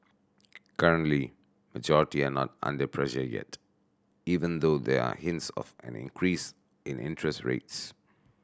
currently majority are not under pressure yet even though there are hints of an increase in interest rates